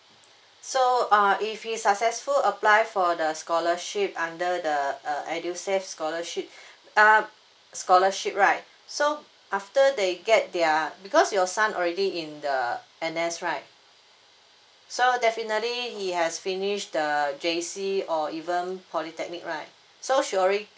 so uh if you successful apply for the scholarship under the uh edusave scholarship um scholarship right so after they get their because your son already in the N_S right so definitely he has finished the J_C or even polytechnic right so she already